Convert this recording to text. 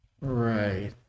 Right